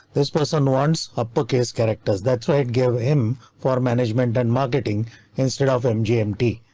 this person wants uppercase characters. that's right, gave him for management and marketing instead of mgm t.